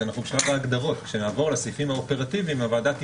ברמה המושגית אנחנו בשלב ההגדרות.